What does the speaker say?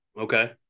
Okay